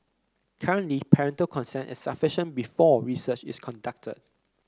currently parental consent is sufficient before research is conducted